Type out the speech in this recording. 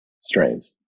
strains